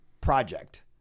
project